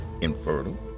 infertile